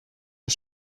der